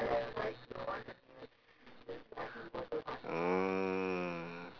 mm